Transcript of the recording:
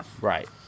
right